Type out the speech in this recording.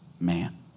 man